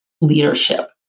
leadership